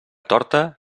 torta